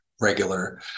regular